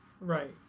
right